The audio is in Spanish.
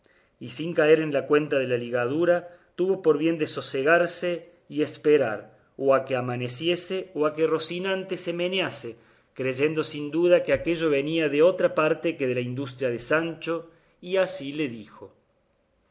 y sin caer en la cuenta de la ligadura tuvo por bien de sosegarse y esperar o a que amaneciese o a que rocinante se menease creyendo sin duda que aquello venía de otra parte que de la industria de sancho y así le dijo